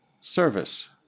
service